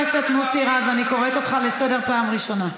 אני קוראת אותך לסדר פעם ראשונה.